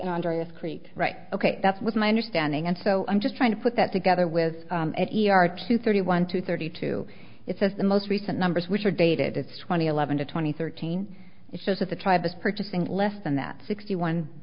andreas create right ok that's was my understanding and so i'm just trying to put that together with e r to thirty one to thirty two it says the most recent numbers which are dated it's twenty eleven to twenty thirteen it shows that the tribe is purchasing less than that sixty one